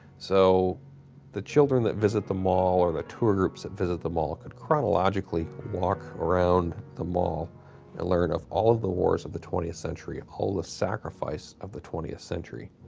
so the children that visit the mall or the tour groups that visit the mall could chronologically walk around the mall and learn of all of the wars of the twentieth century, all of the sacrifice of the twentieth century.